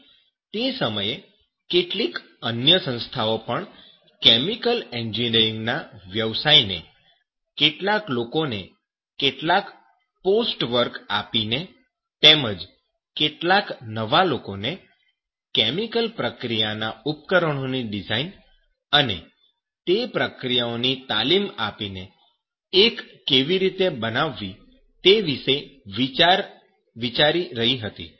અને તે સમયે કેટલીક અન્ય સંસ્થા પણ કેમિકલ એન્જિનિયરિંગના વ્યવસાય ને કેટલાક લોકોને કેટલાક પોસ્ટ વર્ક આપીને તેમજ કેટલાક નવા લોકોને કેમિકલ પ્રક્રિયાના ઉપકરણોની ડિઝાઈન અને તે પ્રક્રિયાઓની તાલીમ આપીને એક કેવી રીતે બનાવવી તે વિશે વિચારી રહી હતી